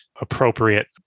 appropriate